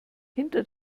hinter